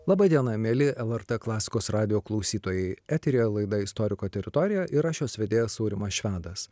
laba diena mieli lrt klasikos radijo klausytojai eteryje laidą istoriko teritorija ir aš jos vedėjas aurimas švedas